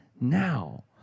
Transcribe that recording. now